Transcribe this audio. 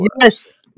Yes